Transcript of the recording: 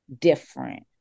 different